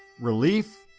relief,